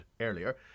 earlier